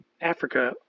Africa